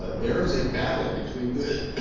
ah there is a battle between good